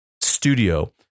studio